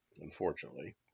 unfortunately